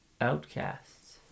outcasts